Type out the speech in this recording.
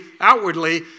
outwardly